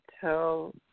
tell